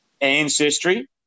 Ancestry